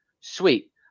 Sweet